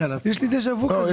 על ידי פתיחת היבוא,